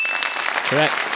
Correct